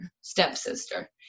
stepsister